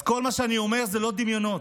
אז כל מה שאני אומר אלה לא דמיונות,